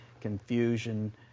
confusion